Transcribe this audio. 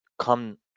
come